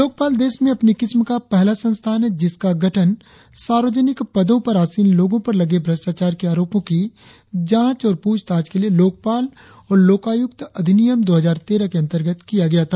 लोकपाल देश में अपनी किस्म का पहला संस्थान है जिसका गठन सार्वजनिक पदों पर आसीन लोगों पर लगे भ्रष्टाचार के आरिपों की जांच और प्रछताछ के लिए लोकपाल और लोकायुक्त अधिनियम दो हजार तेरह के अंतर्गत किया गया था